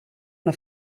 una